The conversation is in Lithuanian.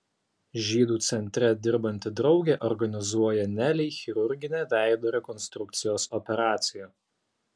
žydų centre dirbanti draugė organizuoja nelei chirurginę veido rekonstrukcijos operaciją